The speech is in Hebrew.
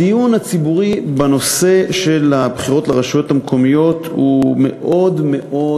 הדיון הציבורי בנושא הבחירות לרשויות המקומיות הוא מאוד מאוד